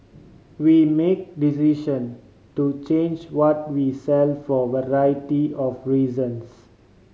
we make decision to change what we sell for variety of reasons